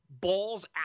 balls